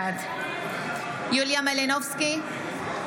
בעד יוליה מלינובסקי,